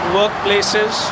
workplaces